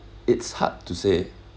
it's hard to say